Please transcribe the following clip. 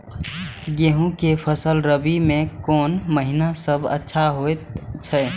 गेहूँ के फसल रबि मे कोन महिना सब अच्छा होयत अछि?